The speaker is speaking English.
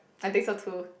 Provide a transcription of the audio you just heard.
I think so too